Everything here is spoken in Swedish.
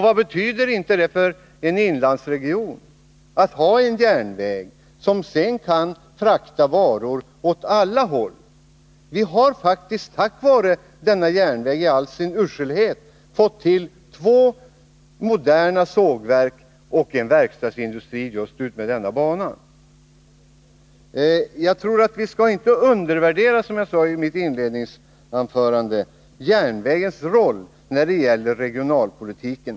Vad betyder inte det för en inlandsregion att ha en järnväg som kan frakta varor åt alla håll! Tack vare denna järnväg i all dess ”uselhet” har vi fått två moderna sågverk och en verkstadsindustri utmed banan. Som jag sade i mitt inledningsanförande tror jag inte att vi skall undervärdera järnvägens roll i regionalpolitiken.